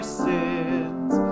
sins